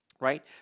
right